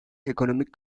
ekonomik